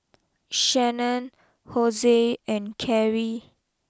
Shannan Hosie and Karie